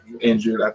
injured